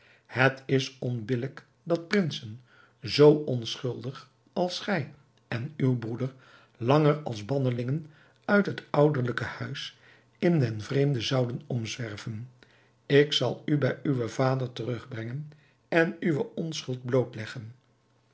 het is onbillijk dat prinsen zoo onschuldig als gij en uw broeder langer als bannelingen uit het ouderlijke huis in den vreemde zouden omzwerven ik zal u bij uwen vader terug brengen en uwe onschuld blootleggen